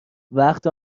وقت